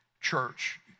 Church